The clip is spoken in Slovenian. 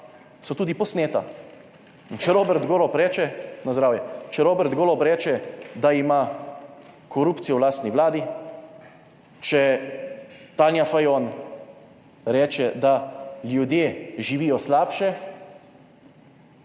Na zdravje! Če Robert Golob reče, da ima korupcijo v lastni Vladi, če Tanja Fajon reče, da ljudje živijo slabše,